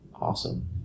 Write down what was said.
Awesome